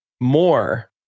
more